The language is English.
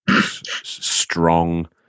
Strong